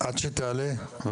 אבל תמשיכי להיות איתנו.